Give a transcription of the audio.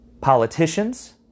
Politicians